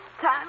time